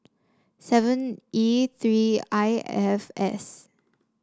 seven E three I F S